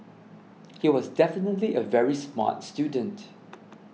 he was definitely a very smart student